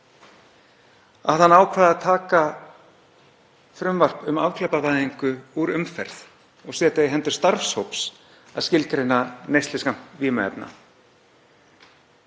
að hann ákvað að taka frumvarp um afglæpavæðingu úr umferð og setja í hendur starfshóps að skilgreina neysluskammt vímuefna.